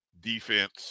defense